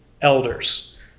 elders